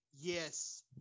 Yes